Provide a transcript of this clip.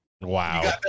wow